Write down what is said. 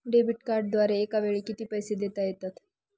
Debit कार्डद्वारे एकावेळी किती पैसे देता येतात?